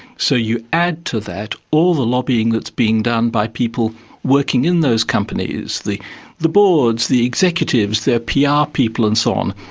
so you add to that all the lobbying that's being done by people working in those companies, the the boards, the executives, their pr ah people and so on.